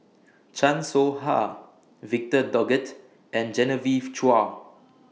Chan Soh Ha Victor Doggett and Genevieve Chua